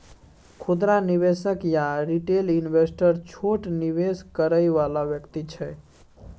खुदरा निवेशक या रिटेल इन्वेस्टर छोट निवेश करइ वाला व्यक्ति छै